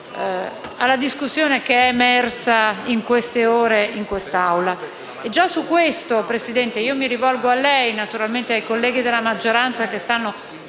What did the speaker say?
Grazie